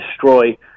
destroy